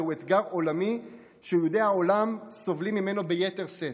זהו אתגר עולמי שיהודי העולם סובלים ממנו ביתר שאת.